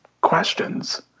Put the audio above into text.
questions